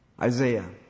Isaiah